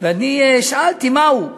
ושאלתי מיהו.